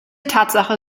tatsache